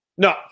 No